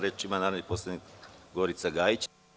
Reč ima narodni poslanik Gorica Gajić.